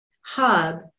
hub